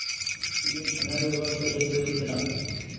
ᱤᱧᱟᱹᱜ ᱥᱟᱸᱜᱷᱟᱨ ᱵᱮᱯᱟᱨ ᱛᱮ ᱞᱟᱹᱭ ᱫᱚ ᱦᱩᱭᱩᱜ ᱠᱟᱱᱟ